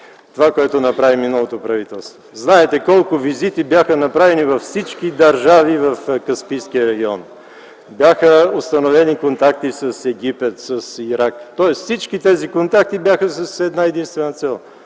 това, което направи миналото правителство. (Шум и реплики.) Знаете колко визити бяха направени във всички държави в Каспийския регион. Бяха установени контакти с Египет, с Ирак, тоест всички тези контакти бяха с една-единствена цел